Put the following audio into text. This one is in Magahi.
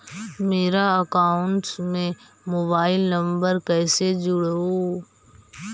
मेरा अकाउंटस में मोबाईल नम्बर कैसे जुड़उ?